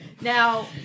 Now